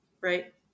right